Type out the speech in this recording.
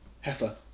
Heifer